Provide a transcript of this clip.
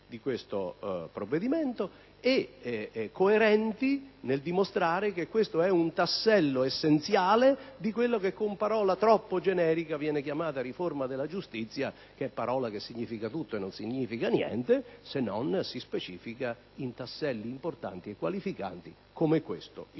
di questo provvedimento, coerenti nel dimostrare che questo è un tassello essenziale di quella che, con parola troppo generica, viene chiamata riforma della giustizia, che significa tutto e non significa niente, se non si specifica in tasselli importanti e qualificanti, come questo